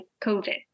COVID